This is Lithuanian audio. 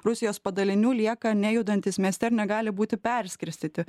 rusijos padalinių lieka nejudantys mieste ir negali būti perskirstyti